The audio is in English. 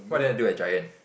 what do I do at Giant